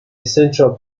central